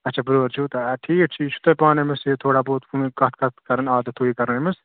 اچھا بیٲر چھوٕ تۄہہِ اچھا ٹھیٖک ٹھیٖک چھُ یہِ چھو تۄہہِ پانہٕ أِمس تھوڑا بہت ہُمیُک کتھ کتھ کَرٕنۍ عادت ہیوٗ یہِ کَرُن أمِس